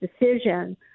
decision